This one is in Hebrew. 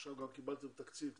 עכשיו גם קיבלתם תקציב קצת,